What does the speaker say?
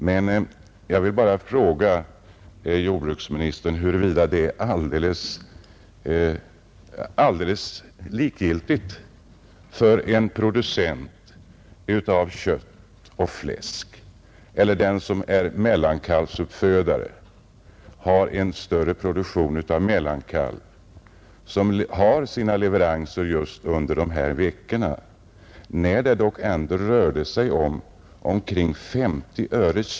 Men jag vill fråga jordbruksministern om han anser det alldeles likgiltigt om en producent av kött och fläsk får vidkännas en förlust på omkring 50 öre per kilogram.